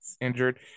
injured